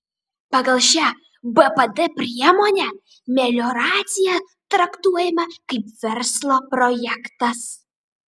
pagal šią bpd priemonę melioracija traktuojama kaip verslo projektas